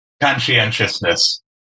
Conscientiousness